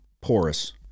porous